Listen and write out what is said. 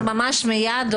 זה ממש מיד?